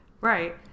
Right